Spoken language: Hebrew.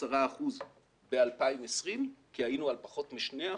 10 אחוזים ב-2020 כי היינו על פחות משני אחוזים,